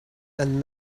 and